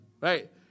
Right